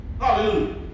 Hallelujah